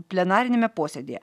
plenariniame posėdyje